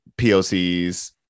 POCs